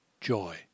joy